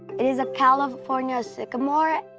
is a california sycamore.